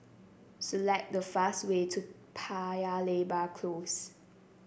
select the fast way to Paya Lebar Close